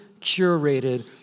curated